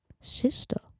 sister